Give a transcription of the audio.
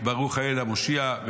ברוך האל המושיע".